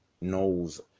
knows